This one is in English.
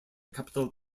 capitol